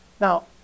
now